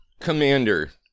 Commander